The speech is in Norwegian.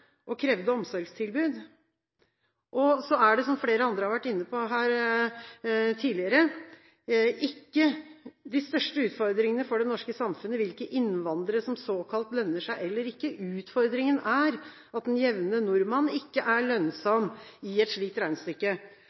og krevde omsorgstilbud. Som flere andre har vært inne på her tidligere, er de største utfordringene for det norske samfunnet ikke hvilke innvandrere som såkalt lønner seg eller ikke. Utfordringen er at den jevne nordmann ikke er lønnsom i et slikt